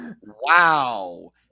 Wow